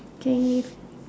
K